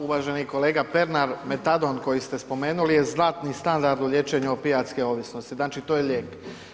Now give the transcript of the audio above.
Uvaženi kolega Pernar, metadon koji ste spomenuli je zlatni standard u liječenju opijatske ovisnosti, znači to je lijek.